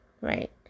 Right